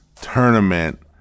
tournament